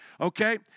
okay